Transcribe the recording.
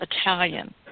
Italian